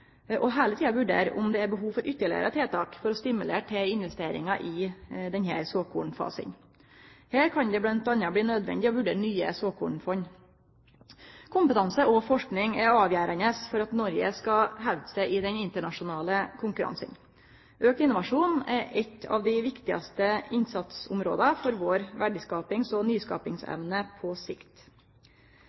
og heile tida vurdere om det er behov for ytterlegare tiltak for å stimulere til investeringar i denne såkornfasen. Her kan det bl.a. bli nødvendig å vurdere nye såkornfond. Kompetanse og forsking er avgjerande for at Noreg skal hevde seg i den internasjonale konkurransen. Auka innovasjon er eit av dei viktigaste innsatsområda for vår verdiskapings- og nyskapingsevne på sikt.